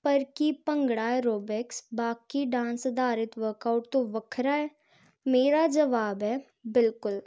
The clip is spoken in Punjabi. ਪਰ ਕੀ ਭੰਗੜਾ ਐਰੋਬਿਕਸ ਬਾਕੀ ਡਾਂਸ ਅਧਾਰਿਤ ਵਰਕਆਊਟ ਤੋਂ ਵੱਖਰਾ ਹੈ ਮੇਰਾ ਜਵਾਬ ਹੈ ਬਿਲਕੁਲ